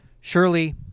Surely